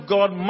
God